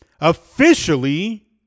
officially